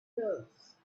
fields